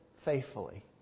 faithfully